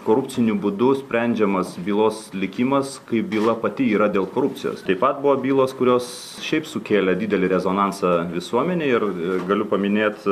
korupciniu būdu sprendžiamas bylos likimas kai byla pati yra dėl korupcijos taip pat buvo bylos kurios šiaip sukėlė didelį rezonansą visuomenėj ir galiu paminėt